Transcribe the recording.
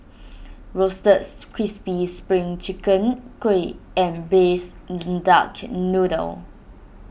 Roasted Crispy Spring Chicken Kuih and Braised Duck Noodle